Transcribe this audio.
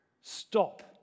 stop